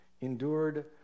endured